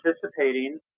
participating